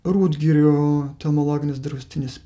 rūdgirių telmologinis draustinis